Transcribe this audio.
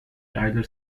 tyler